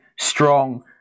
strong